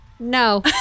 No